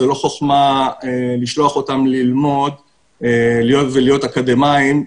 זו לא חוכמה לשלוח אותם ללמוד ולהיות אקדמאים,